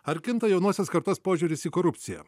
ar kinta jaunosios kartos požiūris į korupciją